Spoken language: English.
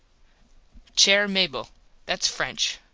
chair mable thats french.